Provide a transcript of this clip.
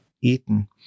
eaten